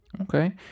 okay